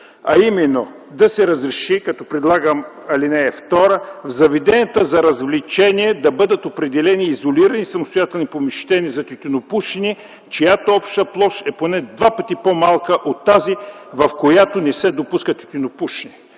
а именно като предлагам в ал. 2 да се разреши, в заведенията за развлечения да бъдат определени изолирани самостоятелни помещения за тютюнопушене, чиято обща площ е поне два пъти по-малка от тази, в която не се допуска тютюнопушене.